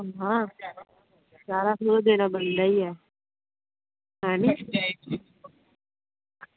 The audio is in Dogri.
ग्यारहां सौ ई देना पौंदा ऐ ऐनी